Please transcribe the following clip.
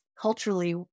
culturally